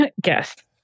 Guess